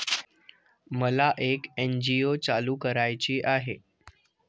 मला एक एन.जी.ओ चालू करायची आहे